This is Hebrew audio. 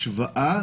השוואה